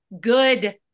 good